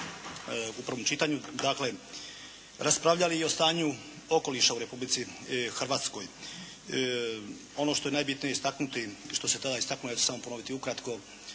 u prvom čitanju, dakle raspravljali i o stanju okoliša u Republici Hrvatskoj. Ono što je najbitnije istaknuti, što se tada istaknulo ja ću samo ponoviti ukratko,